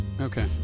okay